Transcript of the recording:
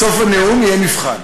בסוף הנאום יהיה מבחן,